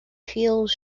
feels